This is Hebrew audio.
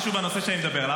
משהו בנושא שאני מדבר עליו.